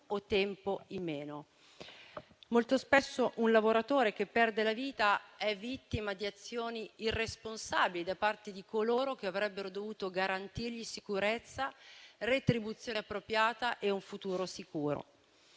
Molto spesso un lavoratore che perde la vita è vittima di azioni irresponsabili da parte di coloro che avrebbero dovuto garantirgli sicurezza, retribuzione appropriata e un futuro sicuro.